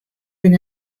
been